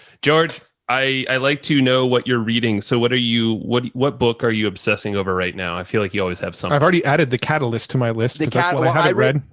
george, i like to know what you're reading. so what are you, what, what book are you obsessing over right now? i feel like you always have, so i've already added the catalyst to my list. the catalog, i read,